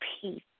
peace